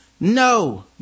No